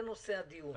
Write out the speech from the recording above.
זה נושא הדיון.